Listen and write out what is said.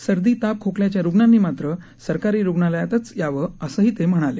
सर्दी ताप खोकल्याच्या रुग्णांनी मात्र सरकारी रुग्णालयातच यावं असंही ते म्हणाले